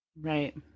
right